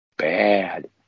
Bad